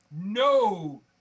no